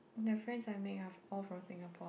the friends I make are all from Singapore